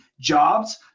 jobs